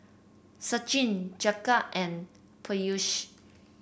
Sachin Jagat and Peyush